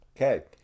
Okay